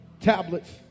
tablets